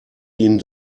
ihnen